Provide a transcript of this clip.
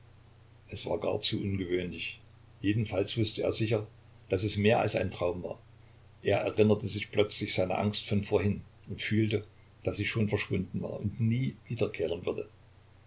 es war gar zu ungewöhnlich jedenfalls wußte er sicher daß es mehr als ein traum war er erinnerte sich plötzlich seiner angst von vorhin und fühlte daß sie schon verschwunden war und nie wiederkehren würde